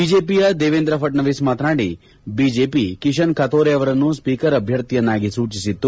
ಬಿಜೆಪಿಯ ದೇವೆಂದ್ರ ಫಡ್ನವಿಸ್ ಮಾತನಾಡಿ ಬಿಜೆಪಿ ಕಿಶನ್ ಕಥೋರೆ ಅವರನ್ನು ಸ್ವೀಕರ್ ಅಭ್ಯರ್ಥಿಯನ್ನಾಗಿ ಸೂಚಿಸಿತ್ತು